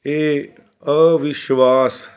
ਇਹ ਅਵਿਸ਼ਵਾਸ